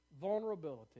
vulnerability